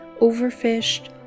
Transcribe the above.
overfished